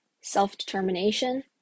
self-determination